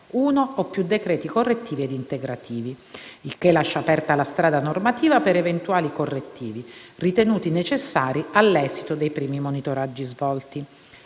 uno o più decreti correttivi ed integrativi. Il che lascia aperta la strada normativa per eventuali correttivi, ritenuti necessari all'esito dei primi monitoraggi svolti.